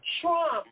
Trump